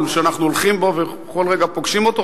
שאנחנו הולכים בו וכל רגע פוגשים אותו,